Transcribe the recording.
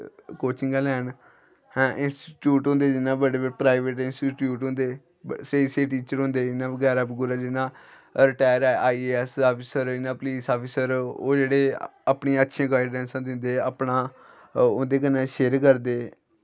कोचिंगां लैन हैं इंस्टिटयूट होंदे इ'यां बड्डे बड्डे प्राईवेट इंस्टिटयूट होंदे स्हेई स्हेई टीचर होंदें इ'यां बगैरा बगूरा जि'यां रटैर आई ऐ ऐस्स अफसर इ'यां पुलस अफसर ओह् जेह्ड़े अपनी अच्छी गाईडैंस दिं'दे अपना उं'दे कन्नै शेयर करदे